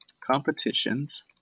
competitions